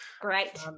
Great